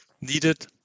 needed